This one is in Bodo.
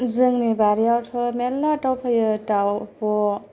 जोंनि बारियावथ' मेल्ला दाउ फैयो दाउब'